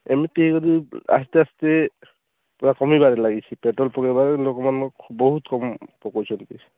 ଏମିତି ଯଦି ଆସ୍ତେ ଆସ୍ତେ ପୁରା କମିବାରେ ଲାଗିଛି ପେଟ୍ରୋଲ୍ ପକାଇବାରେ ଲୋକମାନେ ବହୁତ କମ୍ ପକଉଛନ୍ତି